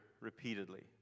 repeatedly